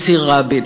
הצהיר רבין